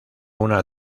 una